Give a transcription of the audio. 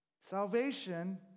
Salvation